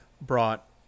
brought